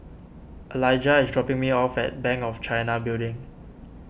Alijah is dropping me off at Bank of China Building